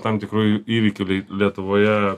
tam tikrųjų įvykių lietuvoje